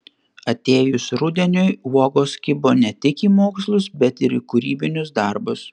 atėjus rudeniui uogos kibo ne tik į mokslus bet ir į kūrybinius darbus